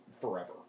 forever